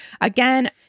Again